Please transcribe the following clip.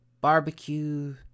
barbecue